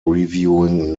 reviewing